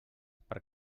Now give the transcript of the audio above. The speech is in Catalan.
per